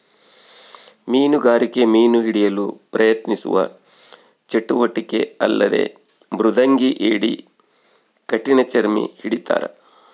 ಮೀನುಗಾರಿಕೆ ಮೀನು ಹಿಡಿಯಲು ಪ್ರಯತ್ನಿಸುವ ಚಟುವಟಿಕೆ ಅಲ್ಲದೆ ಮೃದಂಗಿ ಏಡಿ ಕಠಿಣಚರ್ಮಿ ಹಿಡಿತಾರ